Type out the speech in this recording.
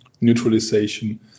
neutralization